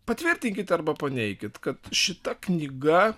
patvirtinkit arba paneikit kad šita knyga